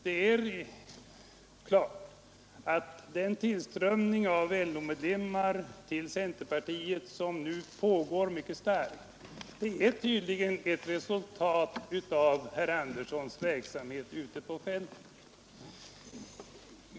Den mycket kraftiga tillströmning av LO-medlemmar till centerpartiet som nu pågår är tydligen ett resultat av herr Anderssons verksamhet ute på fältet.